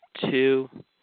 Two